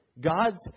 God's